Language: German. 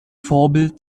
vorbild